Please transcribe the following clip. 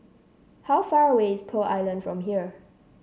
how far away is Pearl Island from here